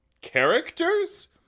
Characters